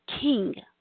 king